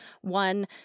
one